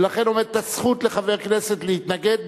ולכן עומדת הזכות לחבר כנסת להתנגד,